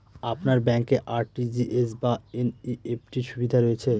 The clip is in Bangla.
আপনার ব্যাংকে আর.টি.জি.এস বা এন.ই.এফ.টি র সুবিধা রয়েছে?